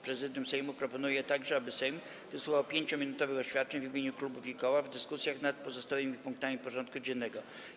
Prezydium Sejmu proponuje także, aby Sejm wysłuchał 5-minutowych oświadczeń w imieniu klubów i koła w dyskusjach nad pozostałymi punktami porządku dziennego.